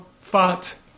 fat